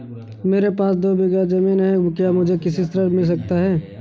मेरे पास दो बीघा ज़मीन है क्या मुझे कृषि ऋण मिल सकता है?